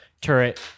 turret